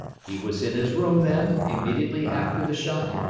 he was in his room, then, immediately after the shot?